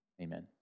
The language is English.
Amen